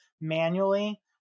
manually